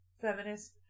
feminist